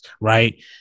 Right